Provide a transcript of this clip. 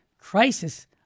crisis